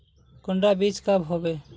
कुंडा बीज कब होबे?